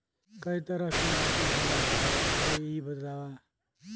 कै तरह के माटी होला भाय पहिले इ बतावा?